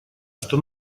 что